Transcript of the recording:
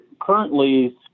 currently